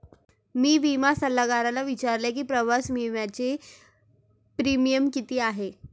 मी विमा सल्लागाराला विचारले की प्रवास विम्याचा प्रीमियम किती आहे?